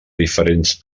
diferents